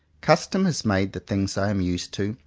custom has made the things i am used to,